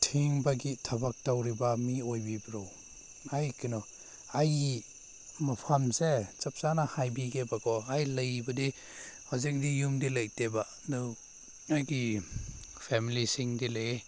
ꯊꯤꯟꯕꯒꯤ ꯊꯕꯛ ꯇꯧꯔꯤꯕ ꯃꯤ ꯑꯣꯏꯕꯤꯕ꯭ꯔꯣ ꯑꯩ ꯀꯩꯅꯣ ꯑꯩꯒꯤ ꯃꯐꯝꯁꯦ ꯆꯞ ꯆꯥꯅ ꯍꯥꯏꯕꯤꯒꯦꯕꯀꯣ ꯑꯩ ꯂꯩꯕꯗꯤ ꯍꯧꯖꯤꯛꯇꯤ ꯌꯨꯝꯗ ꯂꯩꯇꯦꯕ ꯑꯗꯨ ꯑꯩꯈꯣꯏꯒꯤ ꯐꯦꯃꯤꯂꯤꯁꯤꯡꯗꯤ ꯂꯩꯌꯦ